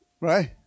Right